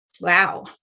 Wow